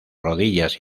rodillas